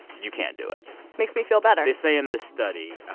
you can't do it makes me feel better they say in this study,